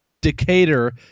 Decatur